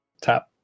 Tap